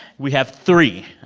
we have three.